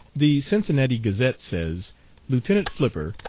the cincinnati gazette says lieutenant flipper,